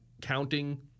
counting